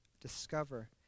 discover